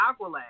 Aqualad